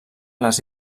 les